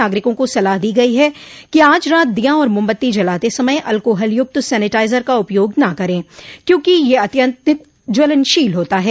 नागरिकों को सलाह दी गई है कि आज रात दिया और मोमबत्ती जलाते समय अल्कोहल युक्त सैनिटाइजर का उपयोग न करें क्योंकि यह अत्यधिक ज्वलनशील होता है